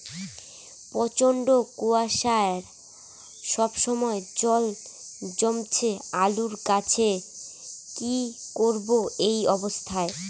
প্রচন্ড কুয়াশা সবসময় জল জমছে আলুর গাছে কি করব এই অবস্থায়?